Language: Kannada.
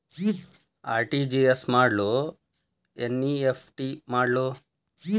ಆರ್.ಟಿ.ಜಿ.ಎಸ್ ಮಾಡ್ಲೊ ಎನ್.ಇ.ಎಫ್.ಟಿ ಮಾಡ್ಲೊ?